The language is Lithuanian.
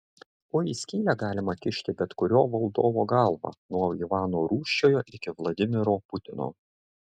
o į skylę galima kišti bet kurio valdovo galvą nuo ivano rūsčiojo iki vladimiro putino